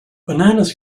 bananas